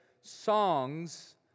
Songs